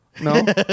No